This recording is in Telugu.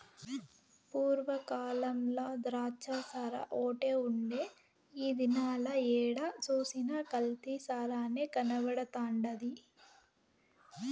పూర్వ కాలంల ద్రాచ్చసారాఓటే ఉండే ఈ దినాల ఏడ సూసినా కల్తీ సారనే కనబడతండాది